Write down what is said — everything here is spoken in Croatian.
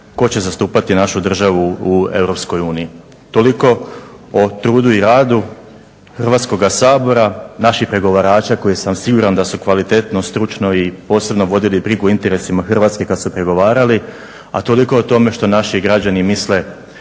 tko će zastupati našu državu u Europskoj uniji. Toliko o trudu i radu Hrvatskoga sabora, naših pregovarača za koje sam siguran da su kvalitetno, stručno i posebno vodili brigu o interesima Hrvatske kada su pregovarali. A toliko o tome što naši građani misle